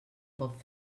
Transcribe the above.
pot